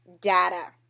data